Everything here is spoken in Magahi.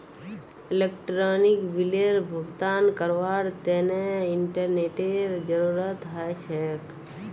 इलेक्ट्रानिक बिलेर भुगतान करवार तने इंटरनेतेर जरूरत ह छेक